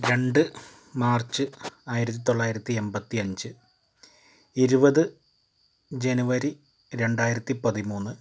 രണ്ട് മാർച്ച് ആയിരത്തി തൊള്ളായിരത്തി എൺപത്തിയഞ്ച് ഇരുപത് ജനുവരി രണ്ടായിരത്തി പതിമൂന്ന്